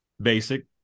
Basic